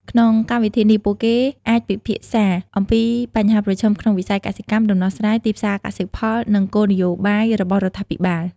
ក្នុងកម្មវិធីនេះ ពួកគេអាចពិភាក្សាអំពីបញ្ហាប្រឈមក្នុងវិស័យកសិកម្ម ដំណោះស្រាយ ទីផ្សារកសិផល និងគោលនយោបាយរបស់រដ្ឋាភិបាល។